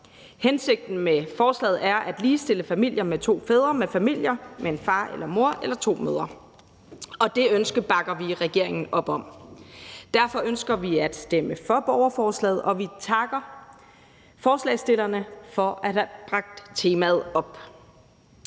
Hensigten med forslaget er at ligestille familier med to fædre med familier med en far og en mor eller to mødre, og det ønske bakker vi i regeringen op om. Derfor ønsker vi at stemme for borgerforslaget, og vi takker forslagsstillerne for at have bragt temaet op.